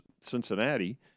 Cincinnati